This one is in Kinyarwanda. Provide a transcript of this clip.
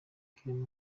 clement